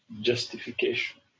justification